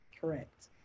correct